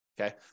Okay